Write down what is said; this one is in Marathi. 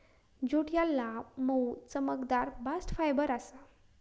ज्यूट ह्या लांब, मऊ, चमकदार बास्ट फायबर आसा